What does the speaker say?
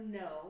no